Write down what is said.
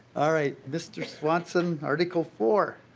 all right mr. swanson article four.